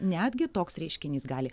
netgi toks reiškinys gali